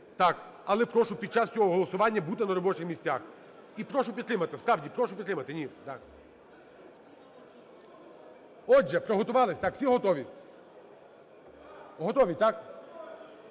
Так. Але прошу під час цього голосування бути на робочих місцях. І прошу підтримати, справді, прошу підтримати. Отже, приготувались. Так, всі готові? Готові, так?